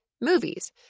movies